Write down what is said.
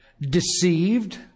Deceived